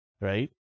right